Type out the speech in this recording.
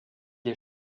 est